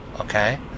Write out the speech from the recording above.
okay